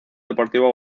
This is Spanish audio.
deportivo